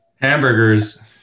Hamburgers